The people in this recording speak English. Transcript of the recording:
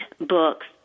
books